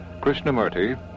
Krishnamurti